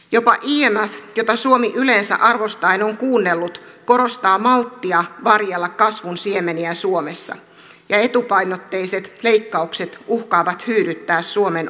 jopa imf jota suomi yleensä arvostaen on kuunnellut korostaa malttia varjella kasvun siemeniä suomessa ja etupainotteiset leikkaukset uhkaavat hyydyttää suomen orastavan kasvun